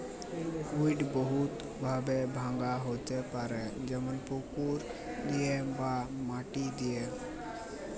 weed বহুত ভাবে ভাঙা হ্যতে পারে যেমল পুকুর দিয়ে বা মাটি দিয়ে